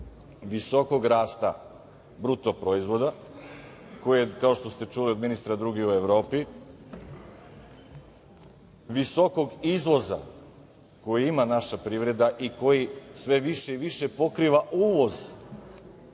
svega zbog bruto rasta BDP, koji je kao što ste čuli od ministra, drugi u Evropi, visokog izvoza koji ima naša privreda i koji sve više i više pokriva uvoz